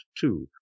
two